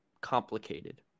complicated